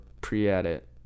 pre-edit